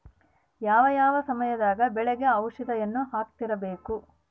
ಯಾವ ಯಾವ ಸಮಯದಾಗ ಬೆಳೆಗೆ ಔಷಧಿಯನ್ನು ಹಾಕ್ತಿರಬೇಕು?